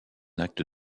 acte